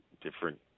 different